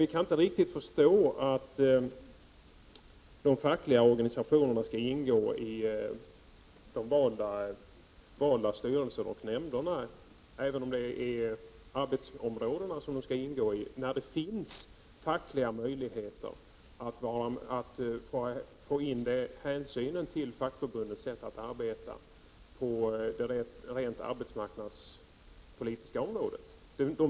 Vi kan inte riktigt förstå att de fackliga organisationerna skall ingå i de valda styrelserna och nämnderna, även om de lyder under dessa arbetsområden. Det finns möjligheter för fackförbunden att få gehör för sina uppfatt ningar på det rent arbetsmarknadspolitiska området.